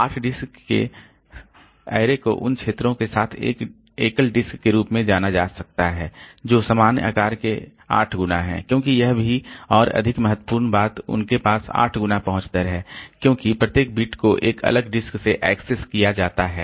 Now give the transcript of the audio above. आठ डिस्क के सरणी को उन क्षेत्रों के साथ एक एकल डिस्क के रूप में माना जा सकता है जो सामान्य आकार के आठ गुना हैं क्योंकि यह भी और अधिक महत्वपूर्ण बात उनके पास आठ गुना पहुंच दर है क्योंकि प्रत्येक बिट को एक अलग डिस्क से एक्सेस किया जाता है